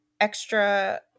extra